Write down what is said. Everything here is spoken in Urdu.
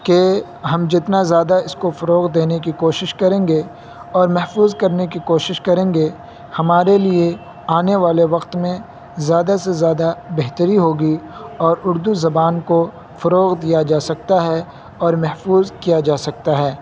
کہ ہم جتنا زیادہ اس کو فروغ دینے کی کوشش کریں گے اور محفوظ کرنے کی کوشش کریں گے ہمارے لیے آنے والے وقت میں زیادہ سے زیادہ بہتری ہوگی اور اردو زبان کو فروغ دیا جا سکتا ہے اور محفوظ کیا جا سکتا ہے